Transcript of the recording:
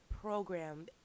program